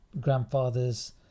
grandfathers